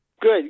Good